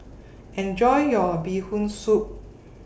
Enjoy your Bee Hoon Soup